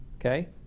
okay